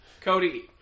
Cody